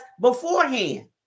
beforehand